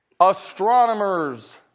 astronomers